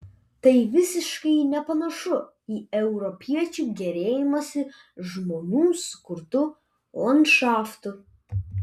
tai visiškai nepanašu į europiečių gėrėjimąsi žmonių sukurtu landšaftu